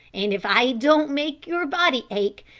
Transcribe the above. and if i don't make your body ache,